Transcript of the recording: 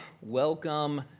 welcome